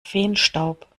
feenstaub